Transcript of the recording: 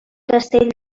castell